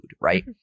right